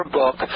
book